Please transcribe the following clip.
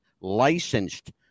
licensed